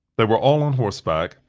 they were all on horseback,